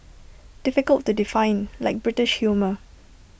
difficult to define like British humour